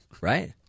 right